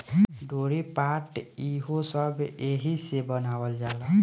डोरी, पाट ई हो सब एहिसे बनावल जाला